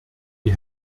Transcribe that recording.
die